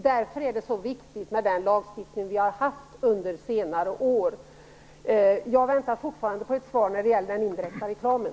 Därför är det så viktigt med den lagstiftning som vi har haft under senare år. Jag väntar fortfarande på ett svar när det gäller den indirekta reklamen.